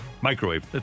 microwave